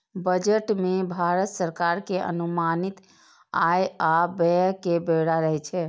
budget मे भारत सरकार के अनुमानित आय आ व्यय के ब्यौरा रहै छै